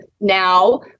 now